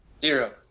Zero